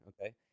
okay